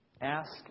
Ask